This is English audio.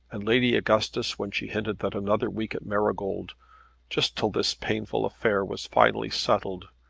and lady augustus, when she hinted that another week at marygold just till this painful affair was finally settled,